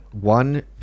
One